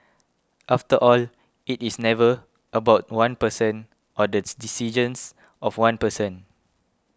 after all it is never about one person or this decisions of one person